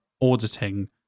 auditing